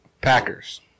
Packers